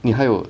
你还有